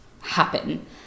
happen